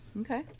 Okay